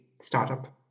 startup